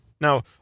Now